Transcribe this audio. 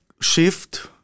shift